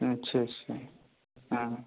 अच्छा अच्छा हाँ